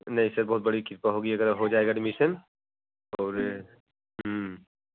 नहीं सर बहुत बड़ी कृपा होगी अगर हो जाएगा एडमिशन और